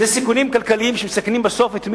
זה סיכונים כלכליים שמסכנים בסוף את מי?